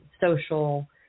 social